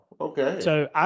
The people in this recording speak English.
okay